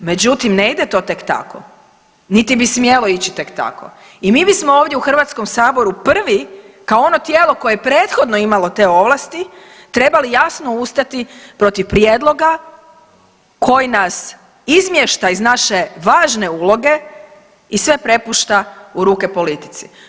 Međutim, ne ide to tek tako, niti bi smjelo ići tek tako i mi bismo ovdje u Hrvatskom saboru prvi kao ono tijelo koje je prethodno imalo te ovlasti trebali jasno ustati protiv prijedloga koji nas izmješta iz naše važne uloge i sve prepušta u ruke politici.